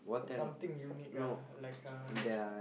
something unique ah like uh